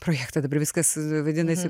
projektą dabar viskas vadinasi